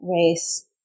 race